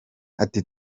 ati